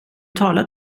talar